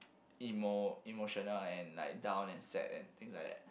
emo~ emotional and like down and sad and things like that